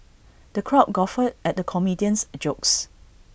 the crowd guffawed at the comedian's jokes